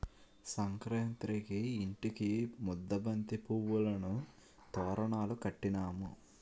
సంకురేతిరికి ఇంటికి ముద్దబంతి పువ్వులను తోరణాలు కట్టినాము